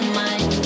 mind